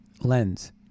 lens